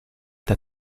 that